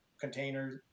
containers